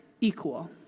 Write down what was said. equal